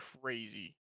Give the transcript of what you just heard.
crazy